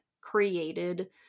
created